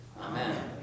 amen